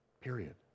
Period